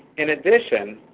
in addition,